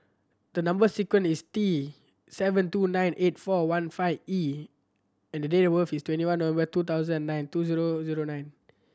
the number sequence is T seven two nine eight four one five E and the day of is twenty one November two thousand and nine two zero zero nine